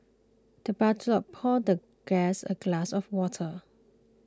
the butler poured the guest a glass of water